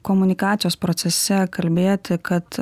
komunikacijos procese kalbėti kad